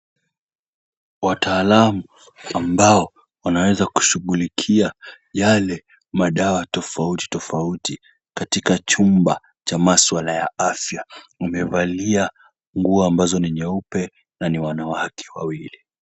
Wataalam, ambao wanaweza kushughulikia yale madawa tofauti tofauti katika chumba cha maswala ya afya, umevalia nguo ambazo ni nyeupe na ni wanawake wawili.